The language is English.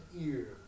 ear